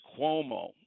Cuomo